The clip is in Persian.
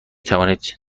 توانید